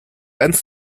ernst